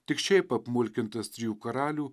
tik šiaip apmulkintas trijų karalių